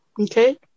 Okay